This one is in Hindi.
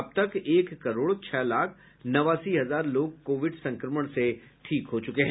अब तक एक करोड़ छह लाख नवासी हजार लोग कोविड संक्रमण से ठीक हो चुके हैं